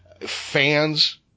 Fans